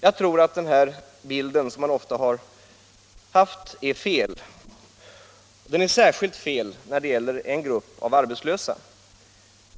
Jag tror att den bilden är felaktig. Den är särskilt missvisande när det gäller en speciell grupp av arbetslösa.